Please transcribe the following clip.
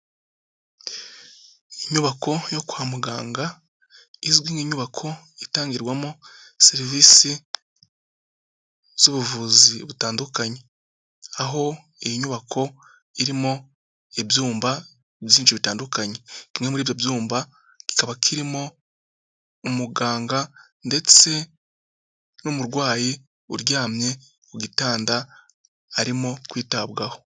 Inyubako yo kwa muganga izwi nk'inyubako itangirwamo serivisi z'ubuvuzi butandukanye. Aho iyi nyubako irimo ibyumba byinshi bitandukanye. Kimwe muri ibyo byumba kikaba kirimo umuganga ndetse n'umurwayi uryamye ku gitanda arimo kwitabwaho.